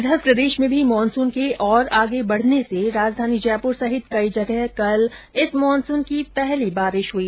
इधर प्रदेश में भी मानसून के और आगे बढ़ने से राजधानी जयपुर सहित कई जगह कल इस मानसून की पहली बारिश हुई